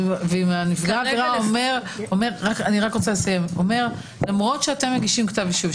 אם הנפגע אומר: למרות שאתם מגישים כתב אישום,